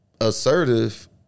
assertive